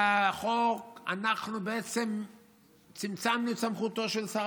בחוק אנחנו בעצם צמצמנו את סמכותו של שר